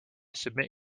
submit